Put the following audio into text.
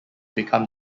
become